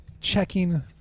checking